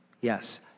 Yes